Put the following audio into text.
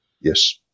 Yes